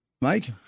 Mike